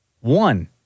one